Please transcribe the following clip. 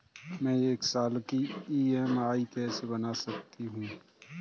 मैं एक साल की ई.एम.आई कैसे बना सकती हूँ?